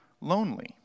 lonely